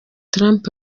trump